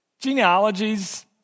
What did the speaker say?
Genealogies